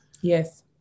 Yes